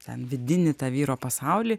ten vidinį tą vyro pasaulį